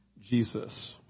Jesus